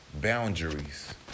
boundaries